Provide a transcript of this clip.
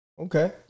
Okay